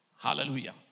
hallelujah